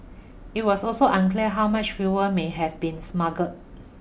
it was also unclear how much fuel may have been smuggled